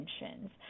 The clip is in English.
intentions